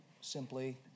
simply